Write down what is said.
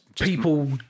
people